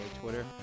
Twitter